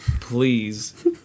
please